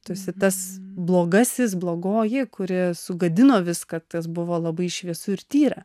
tu esi tas blogasis blogoji kuri sugadino viską kas buvo labai šviesu ir tyra